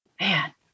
man